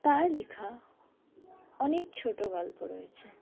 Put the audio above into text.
তার লেখা অনেক ছোট গল্প রয়েছে